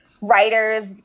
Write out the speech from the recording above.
writers